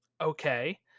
okay